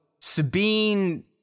Sabine